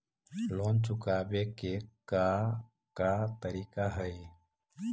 Loan चुकावे के का का तरीका हई?